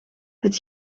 het